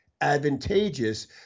advantageous